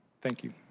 thank you.